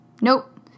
Nope